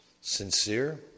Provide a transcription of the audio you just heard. sincere